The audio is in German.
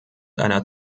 einer